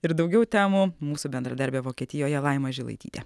ir daugiau temų mūsų bendradarbė vokietijoje laima žilaitytė